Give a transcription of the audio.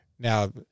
Now